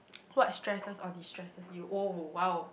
what stresses or distresses you oh !wow!